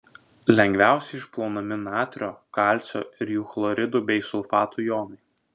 lengviausiai išplaunami natrio kalcio ir jų chloridų bei sulfatų jonai